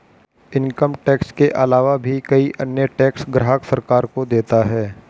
income tax के आलावा भी कई अन्य टैक्स ग्राहक सरकार को देता है